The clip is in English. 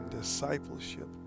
discipleship